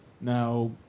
Now